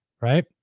right